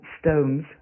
stones